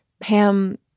Pam